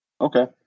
Okay